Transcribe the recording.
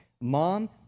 Mom